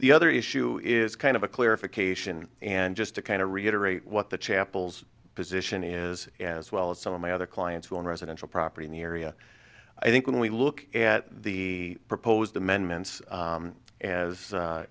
the other issue is kind of a clarification and just to kind of reiterate what the chappells position is as well as some of my other clients who are in residential property in the area i think when we look at the proposed amendments